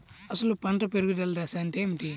అసలు పంట పెరుగుదల దశ అంటే ఏమిటి?